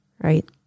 Right